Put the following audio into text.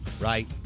right